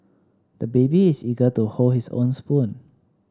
the baby is eager to hold his own spoon